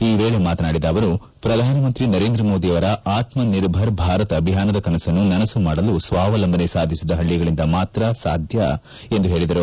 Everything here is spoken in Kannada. ಈ ವೇಳೆ ಮಾತನಾಡಿದ ಅವರು ಪ್ರಧಾನಮಂತ್ರಿ ನರೇಂದ್ರಮೋದಿ ಅವರ ಆತ್ಸನಿರ್ಭರ್ ಭಾರತ ಅಭಿಯಾನದ ಕನಸನ್ನು ನನಸು ಮಾಡಲು ಸ್ನಾವಲಂಬನೆ ಸಾಧಿಸಿದ ಹಳ್ಳಿಗಳಿಂದ ಮಾತ್ರ ಸಾಧ್ಯ ಎಂದು ಹೇಳಿದರು